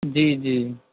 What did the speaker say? جی جی